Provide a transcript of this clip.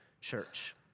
church